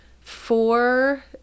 four